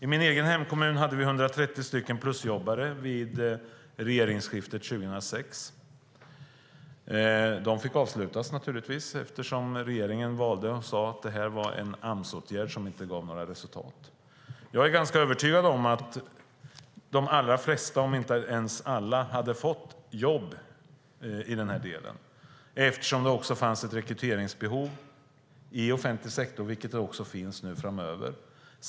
I min egen hemkommun hade vi 130 plusjobbare vid regeringsskiftet 2006. Jobben fick naturligtvis avslutas eftersom regeringen valde att säga att detta var en Amsåtgärd som inte gav några resultat. Jag är ganska övertygad om att de allra flesta, om än inte alla, skulle ha fått jobb i denna del eftersom det också fanns ett rekryteringsbehov i offentlig sektor. Det finns det också nu framöver.